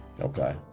okay